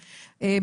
ריקי,